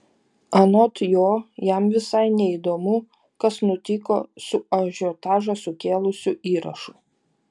anot jo jam visai neįdomu kas nutiko su ažiotažą sukėlusiu įrašu